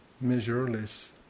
measureless